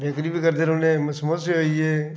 बिक्री बी करदे रौह्ने समोसे होई गे